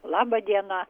laba diena